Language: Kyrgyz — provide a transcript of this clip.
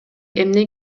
эмне